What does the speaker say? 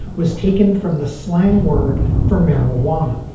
was taken from the slang word for marijuana.